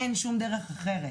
אין שום דרך אחרת.